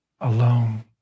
alone